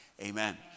Amen